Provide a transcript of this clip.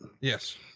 yes